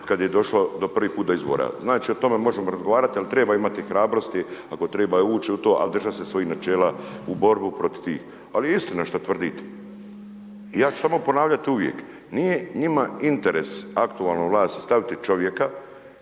kad je došlo prvi put do izbora. Znači o tome možemo razgovarati ali treba imati hrabrosti, ako treba ući u to a držati se svojih načela u borbu protiv tih. Ali je istina što tvrdite. I ja ću samo ponavljati uvijek, nije njima interes u aktualnu vlast staviti čovjeka